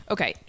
Okay